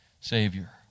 Savior